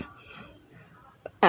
uh ah